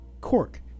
Cork